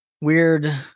weird